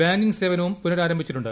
banking സേവനവും പുനരാരംഭിച്ചിട്ടുണ്ട്